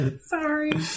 Sorry